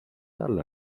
tal